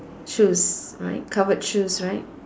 shoes right covered shoes right